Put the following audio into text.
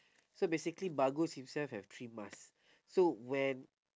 so basically bagus himself have three mask so when